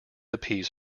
appease